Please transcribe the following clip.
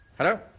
Hello